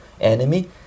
enemy